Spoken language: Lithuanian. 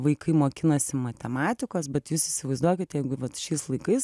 vaikai mokinasi matematikos bet jūs įsivaizduokit jeigu vat šiais laikais